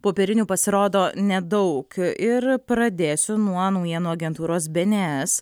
popierinių pasirodo nedaug ir pradėsiu nuo naujienų agentūros bns